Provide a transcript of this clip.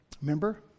Remember